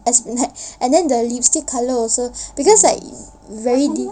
and then the lipstick colour also because like very